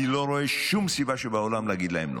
אני לא רואה שום סיבה בעולם להגיד להם לא.